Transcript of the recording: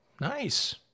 Nice